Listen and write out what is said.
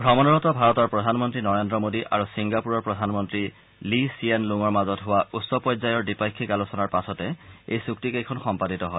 শ্ৰমণৰত ভাৰতৰ প্ৰধানমন্ত্ৰী নৰেদ্ৰ মোদী আৰু ছিংগাপুৰৰ প্ৰধানমন্ত্ৰী লী ছিয়েন লুঙৰ মাজত হোৱা উচ্চ পৰ্যায়ৰ দ্বিপাক্ষিক আলোচনাৰ পাছতে এই চুক্তি কেইখন সম্পাদিত হয়